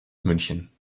münchen